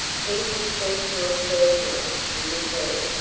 he would see to it personally, he declared,